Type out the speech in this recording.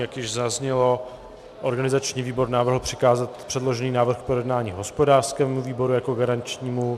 Jak již zaznělo, organizační výbor navrhl přikázat předložený návrh k projednání hospodářskému výboru jako garančnímu.